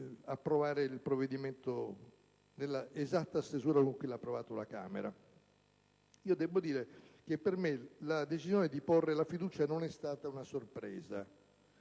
approvare il provvedimento nell'esatta stesura con cui lo ha approvato la Camera. Debbo dire che per me la decisione di porre la fiducia non è stata una sorpresa,